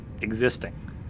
existing